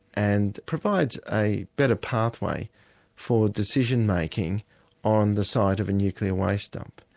and provides a better pathway for decision-making on the site of a nuclear waste dump.